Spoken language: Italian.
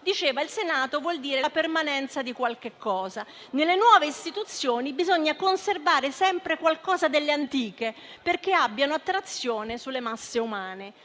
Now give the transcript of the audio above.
diceva che il Senato vuol dire la permanenza di qualche cosa: nelle nuove istituzioni bisogna conservare sempre qualcosa delle antiche perché abbiano attrazione sulle masse umane.